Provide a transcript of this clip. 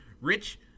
Rich